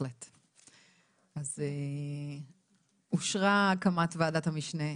אז אושרה הקמת ועדת המשנה,